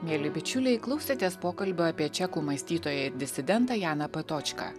mieli bičiuliai klausėtės pokalbio apie čekų mąstytoją ir disidentą janą patočką